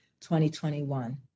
2021